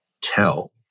tell